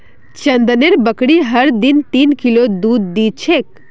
चंदनेर बकरी हर दिन तीन किलो दूध दी छेक